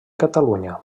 catalunya